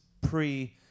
pre